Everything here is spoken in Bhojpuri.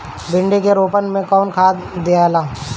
भिंदी के रोपन मे कौन खाद दियाला?